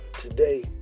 today